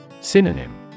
Synonym